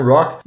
Rock